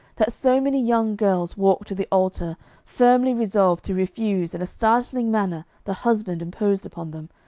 that so many young girls walk to the altar firmly resolved to refuse in a startling manner the husband imposed upon them,